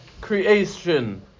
creation